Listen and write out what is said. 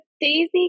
Daisy